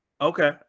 Okay